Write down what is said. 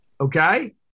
Okay